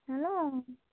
hello